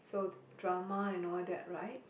so drama and all that right